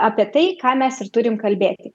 apie tai ką mes ir turim kalbėti